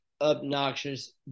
obnoxious